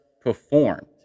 performed